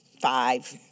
five